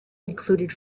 included